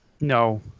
No